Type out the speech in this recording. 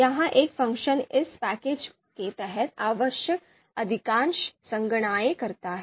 यह एक फ़ंक्शन इस पैकेज के तहत आवश्यक अधिकांश संगणनाएँ करता है